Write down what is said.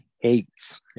hates